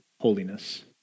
holiness